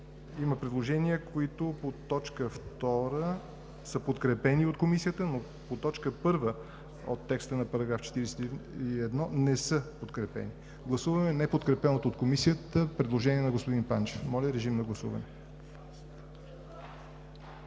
има предложения, които по т. 2 са подкрепени от Комисията, но по т. 1 от текста на § 41 не са подкрепени. Гласуваме неподкрепеното от Комисията предложение на господин Панчев. Гласували